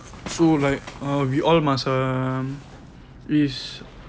so like uh we all macam is